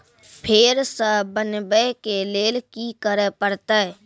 फेर सॅ बनबै के लेल की करे परतै?